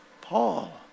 Paul